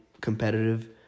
competitive